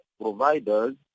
providers